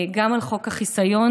גם על חוק החיסיון,